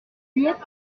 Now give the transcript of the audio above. juliette